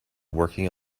working